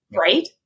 right